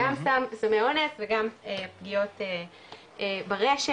גם סמי אונס וגם פגיעות ברשת,